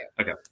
okay